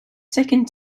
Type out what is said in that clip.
second